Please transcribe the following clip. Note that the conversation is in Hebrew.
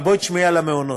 אבל בואי תשמעי על המעונות.